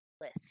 list